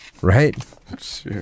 right